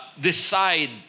decide